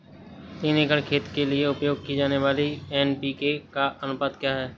तीन एकड़ खेत के लिए उपयोग की जाने वाली एन.पी.के का अनुपात क्या है?